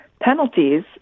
penalties